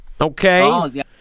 okay